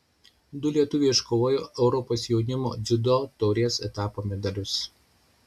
du lietuviai iškovojo europos jaunimo dziudo taurės etapo medalius